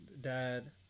dad